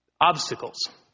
Obstacles